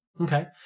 Okay